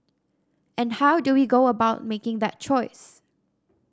and how do we go about making that choice